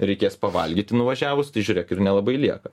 reikės pavalgyti nuvažiavus tai žiūrėk ir nelabai lieka